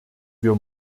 wir